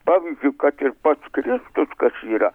pavyzdžiui kad ir pats kristus kas yra